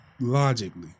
logically